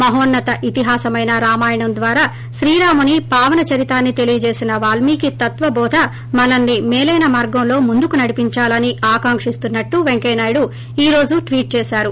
మహోన్నత ఇతిహాసమైన రామాయణ ద్వారా శ్రీరాముని పావన చరితాన్ని తెలియజేసిన వాల్మికి తత్త్విద్ధ మనల్ని మేలైన మార్గంలో ముందు నడిపించాలని ఆకాంకిస్తునట్లు పెంకయ్య నాయుడు ఈ రోజు ట్వీట్ చేశారు